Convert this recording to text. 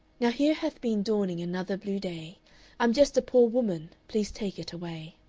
now here hath been dawning another blue day i'm just a poor woman, please take it away.